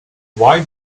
why